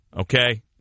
Okay